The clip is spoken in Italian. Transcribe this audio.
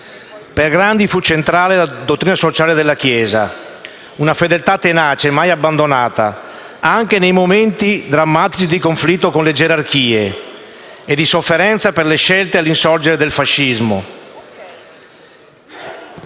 Per Grandi fu centrale la dottrina sociale della Chiesa, una fedeltà tenace, mai abbandonata, anche nei momenti drammatici di conflitto con le gerarchie e di sofferenza per le scelte all'insorgere del fascismo.